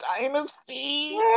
Dynasty